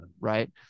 right